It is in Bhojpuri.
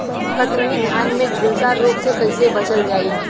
कतरनी धान में झुलसा रोग से कइसे बचल जाई?